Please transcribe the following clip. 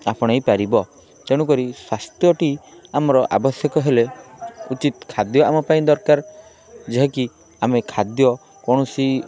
ଆପଣେଇ ପାରିବ ତେଣୁକରି ସ୍ୱାସ୍ଥ୍ୟଟି ଆମର ଆବଶ୍ୟକ ହେଲେ ଉଚିତ୍ ଖାଦ୍ୟ ଆମ ପାଇଁ ଦରକାର ଯାହାକି ଆମେ ଖାଦ୍ୟ କୌଣସି